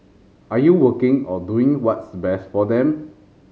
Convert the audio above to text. are you working or doing what's best for them